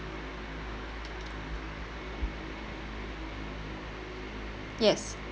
yes